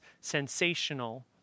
sensational